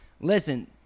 Listen